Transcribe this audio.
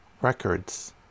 Records